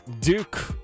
Duke